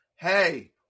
Hey